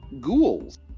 ghouls